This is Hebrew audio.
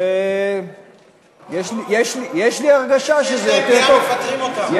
אלה שיש להם דעה, מפטרים אותם.